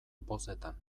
bozetan